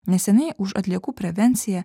neseniai už atliekų prevenciją